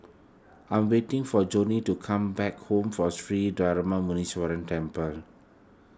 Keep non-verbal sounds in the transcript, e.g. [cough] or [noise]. I'm waiting for Joline to come back [unintelligible] from Sri Darma Muneeswaran Temple